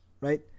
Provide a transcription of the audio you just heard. right